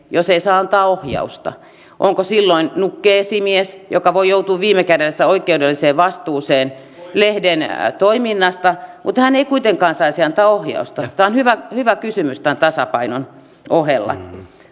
jos ei saa antaa ohjausta onko silloin nukke esimies joka voi joutua viime kädessä oikeudelliseen vastuuseen lehden toiminnasta mutta ei kuitenkaan saisi antaa ohjausta tämä on hyvä hyvä kysymys tämän tasapainon ohella